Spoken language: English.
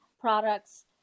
products